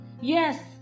Yes